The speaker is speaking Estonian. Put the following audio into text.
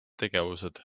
tegevused